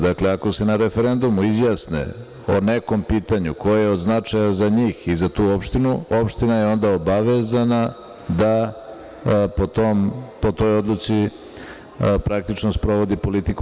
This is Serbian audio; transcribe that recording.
Dakle, ako se na referendumu izjasne o nekom pitanju koje je od značaja za njih i za tu opštinu, opština je onda obavezana da po toj odluci praktično sprovodi politiku.